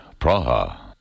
Praha